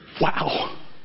Wow